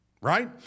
right